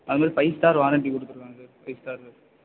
அது மாதிரி five star warranty கொடுத்துருக்காங்க சார் ஃபை ஸ்டாரு